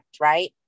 right